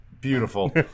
beautiful